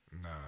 nah